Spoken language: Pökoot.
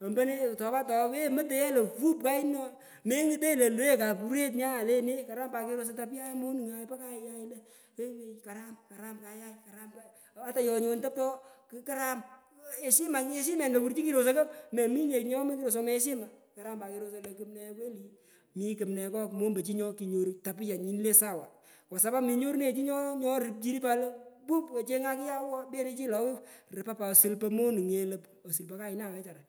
ombone tolata towenyi ye mutu lo wuup kayini ooh mengutonyi lo le kapuret nya ndo le ne karam pat kerosoi tapuya monungai po kayay lo eeh karam karam koyay karam kayai ooh ata yonyi woni toptoo kukaram po eshima eshimen lowur chukirosoi ko mominye chi nyomoroy kusomoi eshima karam pat kerosoi lo kumne kweli mi kumne ngo mombochi nyokinyoru tapiya nyini le sawa kwa sapapu menyorunenyi nye chi nyomwoi lo rupchini pat lo pu ochengan nyao wo, lechine chi lo rupa rat osul po monunge lo pu osul po kayuna wechara.